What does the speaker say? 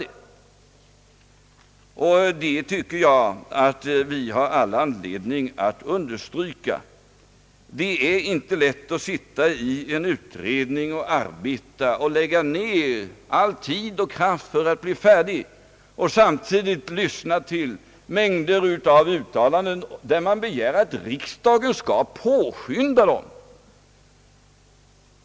Detta tycker jag att vi har all anledning att understryka. Det är inte lätt att sitta i en utredning och lägga ned all tid och kraft för att bli färdig och samtidigt lyssna till mängder av uttalanden, där man begär att riksdagen skall påskynda arbetet.